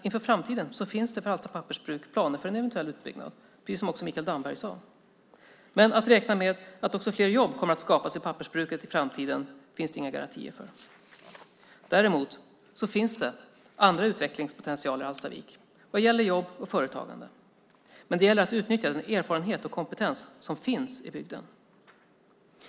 Inför framtiden finns det för Hallsta pappersbruk planer för en eventuell utbyggnad, precis som Mikael Damberg sade, men att fler jobb kommer att skapas vid pappersbruket i framtiden finns det inga garantier för. Däremot finns det andra utvecklingspotentialer i Hallstavik vad gäller jobb och företagande. Men det gäller att utnyttja den erfarenhet och kompetens som finns i bygden.